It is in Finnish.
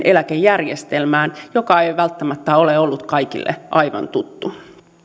eläkejärjestelmään joka ei välttämättä ole ollut kaikille aivan tuttu